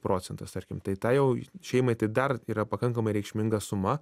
procentas tarkim tai tai jau šeimai tai dar yra pakankamai reikšminga suma